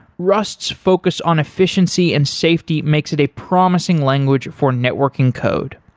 rust's focus on efficiency and safety, makes it a promising language for networking code.